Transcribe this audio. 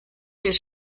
his